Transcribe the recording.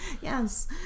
yes